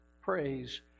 praise